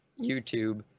youtube